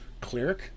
cleric